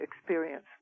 experience